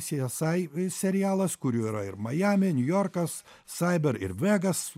si e sai i serialas kurių yra ir majami niujorkas saiber ir vegas